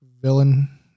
villain